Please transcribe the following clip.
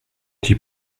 die